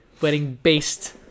wedding-based